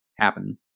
happen